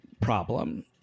problem